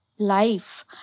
life